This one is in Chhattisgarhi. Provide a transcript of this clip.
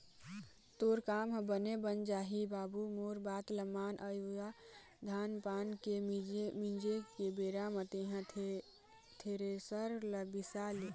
तोर काम ह बने बन जाही बाबू मोर बात ल मान अवइया धान पान के मिंजे के बेरा म तेंहा थेरेसर ल बिसा ले